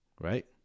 right